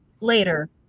later